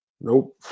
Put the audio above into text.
nope